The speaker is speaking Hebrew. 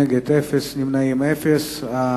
בעד, 4, נגד, אין, נמנעים, אין.